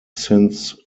since